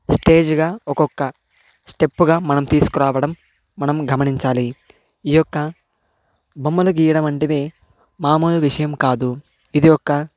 stage గా ఒక్కొక్క step గా మనం తీసుకురావడం మనం గమనించాలి ఈ యొక్క బొమ్మలు గీయడం వంటివి మామూలు విషయం కాదు ఇది ఒక్క